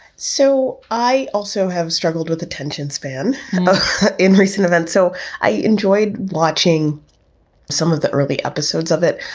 so i also have struggled with attention span in recent events, so i enjoyed watching some of the early episodes of it.